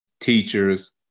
teachers